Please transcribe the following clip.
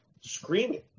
screaming